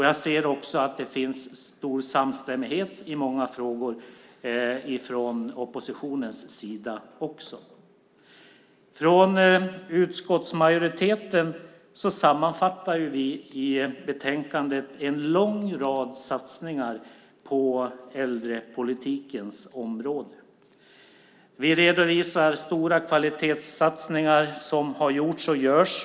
Jag ser också att det finns stor samstämmighet från oppositionens sida också i många frågor. I betänkandet sammanfattar utskottsmajoriteten en lång rad satsningar på äldrepolitikens område. Vi redovisar stora kvalitetssatsningar som har gjorts och görs.